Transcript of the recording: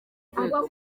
rwego